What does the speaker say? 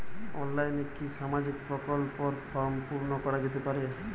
অনলাইনে কি সামাজিক প্রকল্পর ফর্ম পূর্ন করা যেতে পারে?